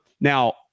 Now